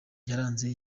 yaranze